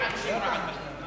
סיעה בשם רע"ם.